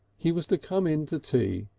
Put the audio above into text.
he was to come in to tea,